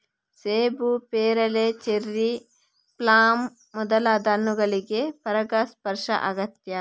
ಸೇಬು, ಪೇರಳೆ, cherry, plum ಮೊದಲಾದ ಹಣ್ಣುಗಳಿಗೆ ಪರಾಗಸ್ಪರ್ಶ ಅಗತ್ಯ